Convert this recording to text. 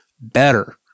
better